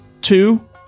two